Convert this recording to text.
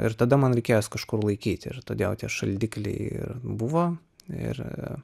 ir tada man reikėjo juos kažkur laikyt ir todėl tie šaldiklyje ir buvo ir